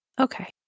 Okay